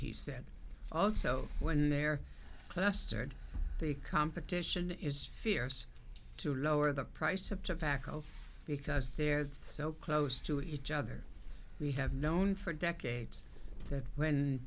he said also when they're plastered the competition is fierce to lower the price of tobacco because they're so close to each other we have known for decades that when